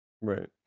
Right